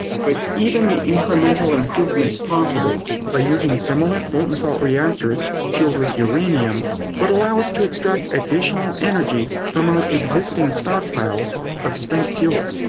but even the incremental improvements possible by using similar molten salt reactors fueled with uranium would allow us to extract additional energy from our existing stockpiles of spent fuel.